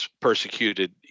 persecuted